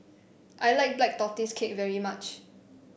I like Black Tortoise Cake very much